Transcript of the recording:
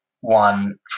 one